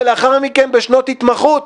ולאחר מכן בשנות התמחות.